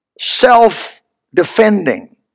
self-defending